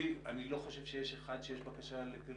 אני לא חושב שיש אחד שיש בקשת חיסוי לגבי